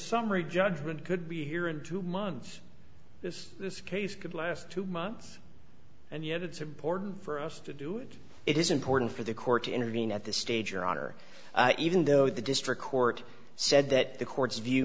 summary judgment could be here in two months this case could last two months and yet it's important for us to do it is important for the court to intervene at this stage your honor even though the district court said that the court's view